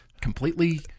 completely